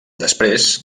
després